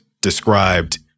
described